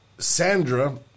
Sandra